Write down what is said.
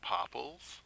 Popples